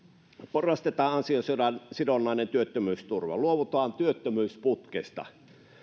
porrastetaan ansiosidonnainen työttömyysturva luovutaan työttömyysputkesta